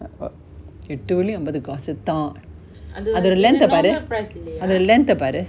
ah oh எட்டு வெள்ளி அம்பது காசுதா அதுட:ettu velli ambathu kaasutha athuda length ah பாரு அதுட:paaru athuda length ah பாரு:paaru